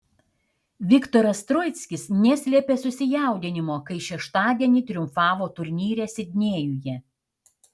viktoras troickis neslėpė susijaudinimo kai šeštadienį triumfavo turnyre sidnėjuje